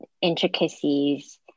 intricacies